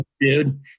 dude